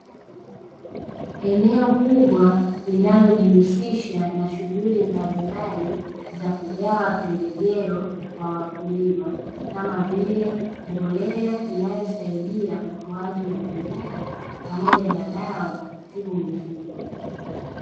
Eneo kubwa linalojihusisha na shughuli mbalimbali za kugawa pembejeo kwa wakulima, kama vile mbolea inayosaidia ukuaji wa mimea, pamoja na dawa za kutibu mifugo.